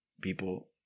people